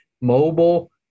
mobile